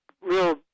real